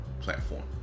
platform